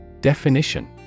Definition